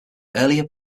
earlier